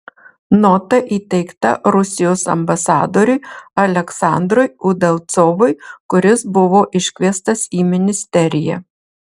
nota įteikta rusijos ambasadoriui aleksandrui udalcovui kuris buvo iškviestas į ministeriją